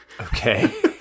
Okay